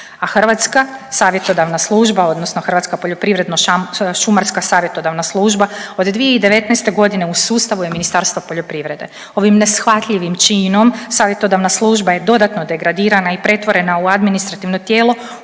Hrvatska poljoprivredno-šumarska savjetodavna služba od 2019.g. u sustavu je Ministarstva poljoprivrede. Ovim neshvatljivim činom savjetodavna služba je dodatno degradirana i pretvorena u administrativno tijelo